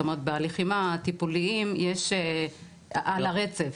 בתהליכים טיפוליים יש על הרצף.